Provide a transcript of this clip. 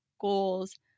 goals